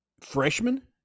freshman